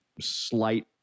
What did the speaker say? slight